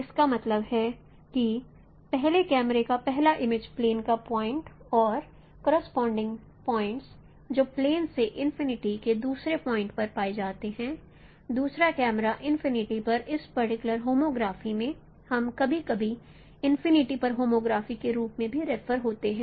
इसका मतलब है कि पहले कैमरे का पहला इमेज प्लेन का पॉइंट और करोसपोंडिंग पॉइंट्स जो प्लेन से इनफिनिटी के दूसरे पॉइंट्स पर पाए जाते हैं दूसरा कैमरा इनफिनिटी पर इस पर्टिकुलर होमोग्राफी में हम कभी कभी इनफिनिटी पर होमोग्राफी के रूप में भी रेफर होते हैं